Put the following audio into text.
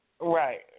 Right